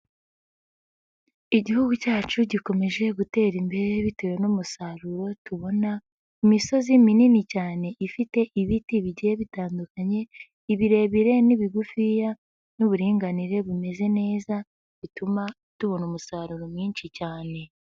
Igihugu cyacu gikomeje gutera imbere bitewe n'umusaruro tubona, imisozi minini cyane ifite ibiti bigiye bitandukanye, ibirebire n'ibigufiya n'uburinganire bumeze neza bituma tubona umusaruro mwinshi cyane.